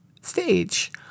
stage